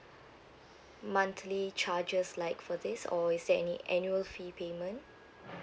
monthly charges like for this or is there any annual fee payment